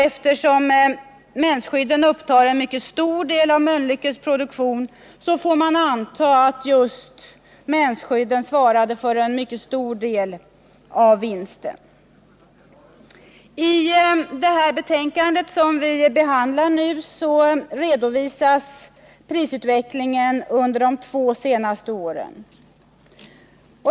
Eftersom mensskydden upptar en stor del av Mölnlyckes produktion får man anta att just mensskydden svarade för en mycket stor del av vinsten. I det betänkande som vi behandlar nu redovisas prisutvecklingen under de två senaste åren.